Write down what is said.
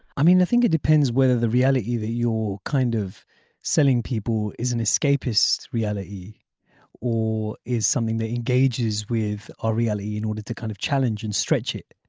i mean i think it depends whether the reality that your kind of selling people is an escapist reality or is something that engages with our reality in order to kind of challenge and stretch it.